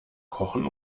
kochen